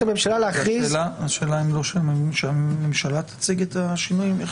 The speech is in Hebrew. הממשלה להכריז --- אני מציע שהממשלה תציג את השינויים.